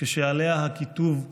כשעליה הכיתוב wanted,